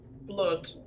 blood